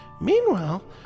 Meanwhile